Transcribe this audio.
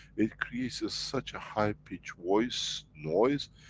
it creates ah such a high pitch voice, noise,